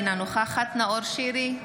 אינה נוכחת נאור שירי,